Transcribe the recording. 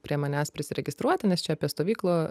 prie manęs prisiregistruoti nes čia apie stovyklą